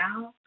now